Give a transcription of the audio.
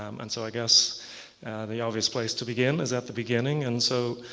um and so i guess the obvious place to begin is at the beginning. and so,